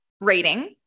rating